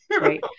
Right